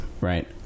right